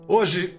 Hoje